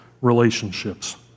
relationships